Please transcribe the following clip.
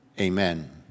amen